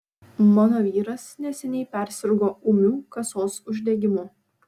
mano vyras neseniai persirgo ūmiu kasos uždegimu